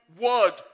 word